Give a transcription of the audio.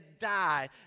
die